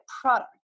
product